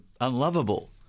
unlovable